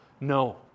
No